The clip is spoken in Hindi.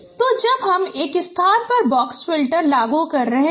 तो जब हम एक स्थान पर बॉक्स फ़िल्टर लागू कर रहे हैं